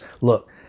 look